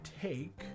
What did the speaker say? take